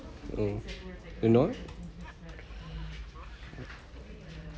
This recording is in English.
mm you know